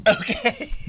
Okay